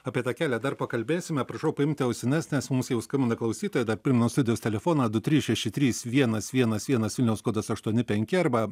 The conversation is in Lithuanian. apie tą kelią dar pakalbėsime prašau paimti ausines nes mums jau skambina klausytoja dar primenu studijos telefoną du trys šeši trys vienas vienas vienas vilniaus kodas aštuoni penki arba